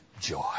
joy